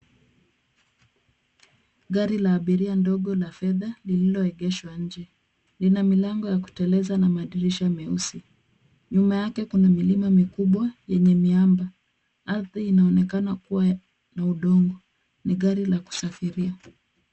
Gari la abiria ndogo la fedha lililoegeshwa nje. Lina milango ya kuteleza na madirisha meusi. Nyuma yake kuna milima mikubwa ,yenye miamba. Ardhi inaonekana kuwa na udongo. Ni gari la kusafiria.